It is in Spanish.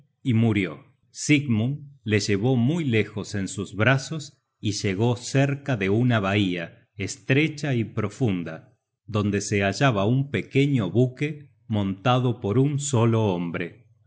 y murió sigmund le llevó muy lejos en sus brazos y llegó cerca de una bahía estrecha y profunda donde se hallaba un pequeño buque montado por un solo hombre